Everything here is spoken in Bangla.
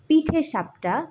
পাটি সাপটা